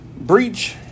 breach